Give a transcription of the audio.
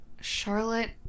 Charlotte